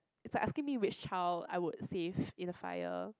it's like asking me which child I would save in a fire